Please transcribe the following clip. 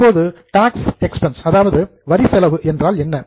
இப்போது tax expense வரி செலவு என்றால் என்ன